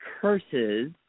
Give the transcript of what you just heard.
curses